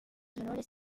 honores